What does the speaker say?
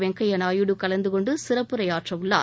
வெங்கைய நாயுடு கலந்து கொண்டு சிறப்புரையாற்றவுள்ளார்